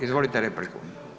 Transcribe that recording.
Izvolite repliku.